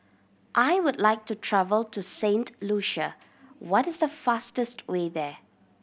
I would like to travel to Saint Lucia what is the fastest way there